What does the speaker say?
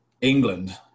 England